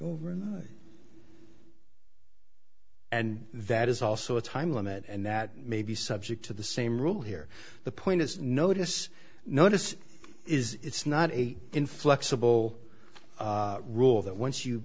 are and that is also a time limit and that may be subject to the same rule here the point is notice notice is it's not a inflexible rule that once you